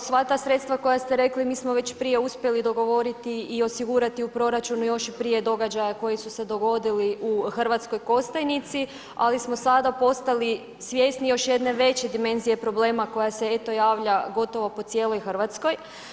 Sva ta sredstva koja ste rekli, mi smo već prije uspjeli dogovoriti i osigurati u proračunu još i prije događaja koji su se dogodili u Hrvatskoj Kostajnici, ali smo sada postali svjesni još jedne veće dimenzije problema koja se eto javlja gotovo po cijeloj Hrvatskoj.